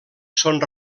són